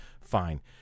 Fine